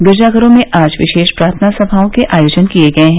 गिरजा घरों में आज विशेष प्रार्थना समाओं के आयोजन किये गये हैं